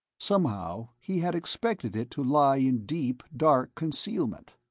somehow he had expected it to lie in deep, dark concealment.